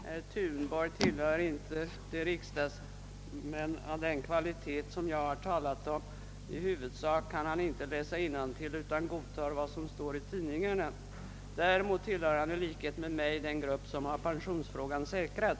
Herr talman! Herr Thunborg tillhör inte de riksdagsmän av den kvalitet som jag har talat om. Han kan tydligen inte läsa innantill utan godtar vad som står i tidningarna. Däremot tillhör han i likhet med mig den grupp som har sin pensionsfråga säkrad.